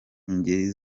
ingeri